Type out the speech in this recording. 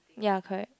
ya correct